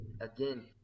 Again